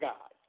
God